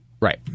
Right